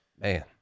man